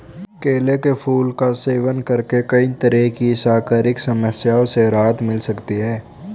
केले के फूल का सेवन करके कई तरह की शारीरिक समस्याओं से राहत मिल सकती है